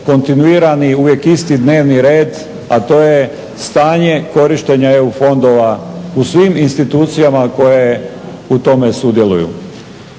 kontinuirani uvijek isti dnevni red, a to je stanje korištenja EU fondova u svim institucijama koje u tome sudjeluju.